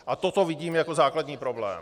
A toto vidím jako základní problém.